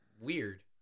weird